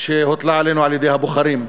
שהוטלה עלינו על-ידי הבוחרים.